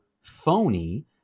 phony